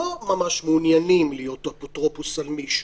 לא ממש מעוניינים להיות אפוטרופוס על מישהו,